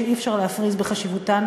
שאי-אפשר להפריז בחשיבותן,